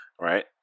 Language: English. Right